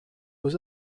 was